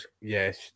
Yes